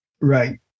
Right